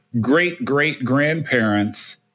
great-great-grandparents